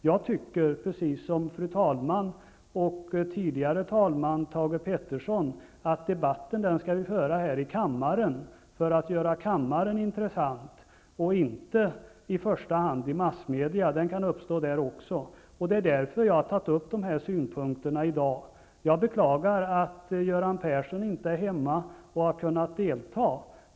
Jag anser precis som fru talman och tidigare talmannen Thage G. Peterson att debatten skall föras här i kammaren, för att göra kammardebatten intressant, och inte i första hand i massmedia. Men den kan uppstå där också. Det är därför som jag i dag har tagit upp dessa synpunkter. Jag beklagar att Göran Persson inte är hemma och därmed inte kunnat delta i debatten.